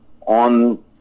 on